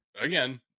again